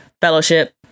fellowship